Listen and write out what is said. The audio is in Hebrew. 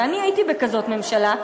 ואני הייתי בכזאת ממשלה,